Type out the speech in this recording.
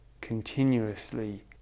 continuously